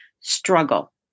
struggle